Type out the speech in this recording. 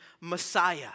Messiah